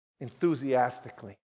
enthusiastically